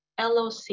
LOC